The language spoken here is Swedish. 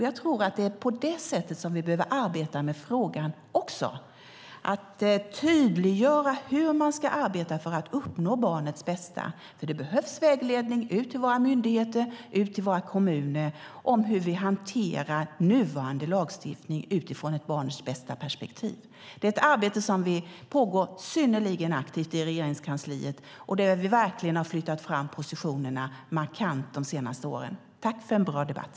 Jag tror att det är på det sättet som vi också behöver arbeta med frågan, att tydliggöra hur man ska arbeta för att uppnå barnets bästa. Det behövs vägledning ut till våra myndigheter, ut till våra kommuner om hur vi hanterar nuvarande lagstiftning utifrån perspektivet barnens bästa. Det är ett arbete som pågår synnerligen aktivt i Regeringskansliet och där vi verkligen har flyttat fram positionerna markant de senaste åren. Tack för en bra debatt!